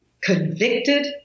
convicted